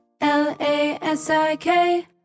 L-A-S-I-K